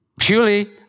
Purely